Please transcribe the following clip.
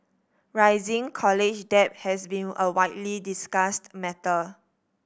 rising college debt has been a widely discussed matter